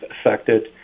affected